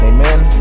Amen